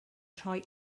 rhoi